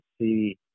see –